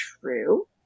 true